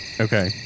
Okay